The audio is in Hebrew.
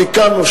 תיקנו,